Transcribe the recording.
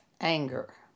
anger